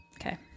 Okay